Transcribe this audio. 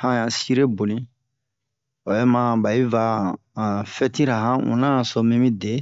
han yan sire boni o bɛ ma ba yi va han han fɛtira han una na so mi mide